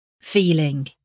feeling